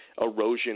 erosion